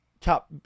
top